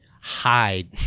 hide